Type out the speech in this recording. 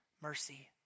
Mercy